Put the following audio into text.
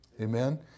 Amen